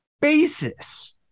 basis